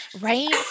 Right